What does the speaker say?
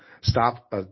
stop